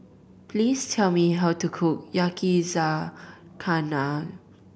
please tell me how to cook Yakizakana